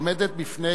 עומדת בפני,